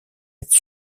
être